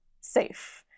safe